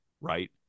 right